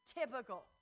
Typical